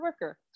worker